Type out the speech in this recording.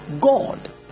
god